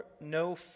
no